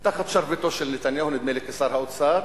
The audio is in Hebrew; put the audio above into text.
נדמה לי שתחת שרביטו של נתניהו כשר אוצר,